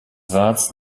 rats